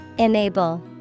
Enable